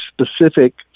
specific